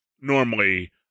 normally